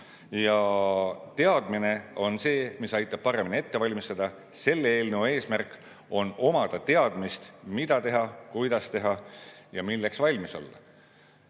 Ja teadmine on see, mis aitab paremini ette valmistada. Selle eelnõu eesmärk on omada teadmist, mida teha, kuidas teha ja milleks valmis olla.